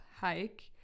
hike